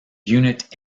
unit